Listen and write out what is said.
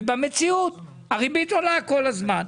במציאות, הריבית עולה כל הזמן.